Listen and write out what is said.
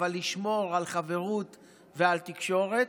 אבל לשמור על חברות ועל תקשורת.